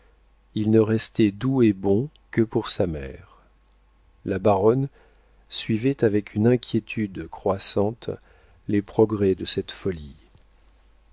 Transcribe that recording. il ne restait doux et bon que pour sa mère la baronne suivait avec une inquiétude croissante les progrès de cette folie